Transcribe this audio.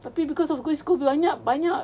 tapi cause of good school banyak banyak